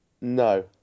No